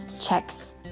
checks